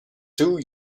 two